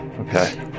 Okay